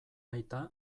aita